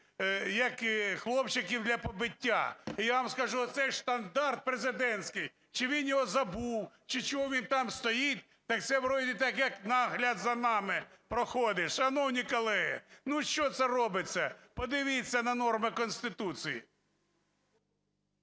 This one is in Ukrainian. як хлопчиків для побиття. І я вам скажу, оцей штандарт президентський, чи він його забув, чи чого він там стоїть, так це вроде так як нагляд за нами проходить. Шановні колеги, ну, що це робиться? Подивіться на норми Конституції.